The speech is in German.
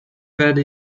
werde